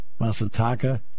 Masataka